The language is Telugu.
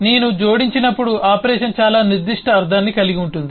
నేను జోడించినప్పుడు ఆపరేషన్ చాలా నిర్దిష్ట అర్ధాన్ని కలిగి ఉంటుంది